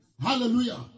Hallelujah